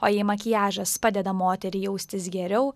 o jei makiažas padeda moteriai jaustis geriau